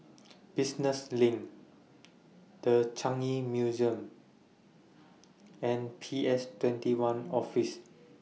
Business LINK The Changi Museum and P S twenty one Office